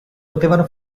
potevano